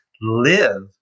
live